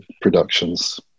productions